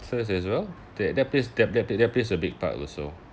as well that that plays that that that plays a big part also